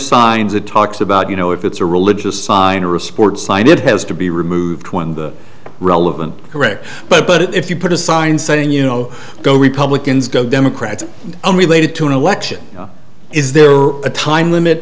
signs it talks about you know if it's a religious sign or a sports sign it has to be removed when the relevant correct but if you put a sign saying you know go republicans go democrats unrelated to an election is there a time limit